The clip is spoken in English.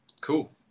Cool